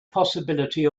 possibility